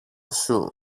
σου